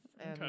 Okay